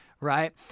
Right